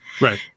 Right